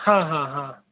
हां हां हां